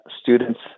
students